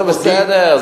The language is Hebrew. זה בסדר,